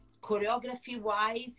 choreography-wise